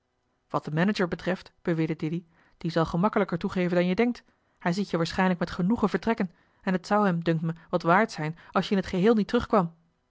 wat den manager betreft beweerde dilly die zal gemakkelijker toegeven dan je denkt hij ziet je waarschijnlijk met genoegen vertrekken en het zou hem dunkt me wat waard zijn als je in het geheel niet